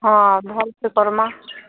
ହଁ ଭଲ୍ ସେ କର୍ମା